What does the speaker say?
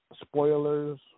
spoilers